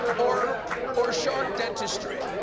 or or shark dentistry